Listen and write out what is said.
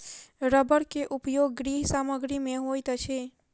रबड़ के उपयोग गृह सामग्री में होइत अछि